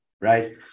right